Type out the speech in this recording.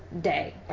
day